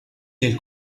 del